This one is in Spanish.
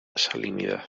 salinidad